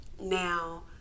Now